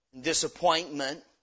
disappointment